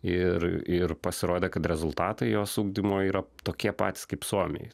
ir ir pasirodė kad rezultatai jos ugdymo yra tokie patys kaip suomijoj